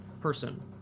person